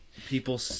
people